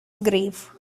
grave